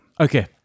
Okay